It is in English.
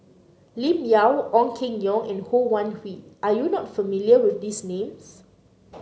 Lim Yau Ong Keng Yong and Ho Wan Hui are you not familiar with these names